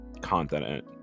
content